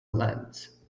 lens